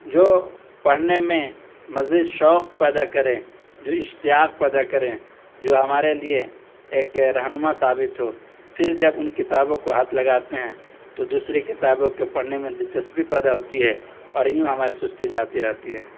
جو پڑھنے میں مزید شوق پیدا کرے جو اشتیاق پیدا کریں جو ہمارے لیے ایک رہنما ثابت ہو پھر جب ان کتابوں کو ہاتھ لگاتے ہیں تو دوسری کتابوں کے پرھنے میں دلچسپی پیدا ہوتی ہے اور یوں ہماری سستی جاتی رہتی ہے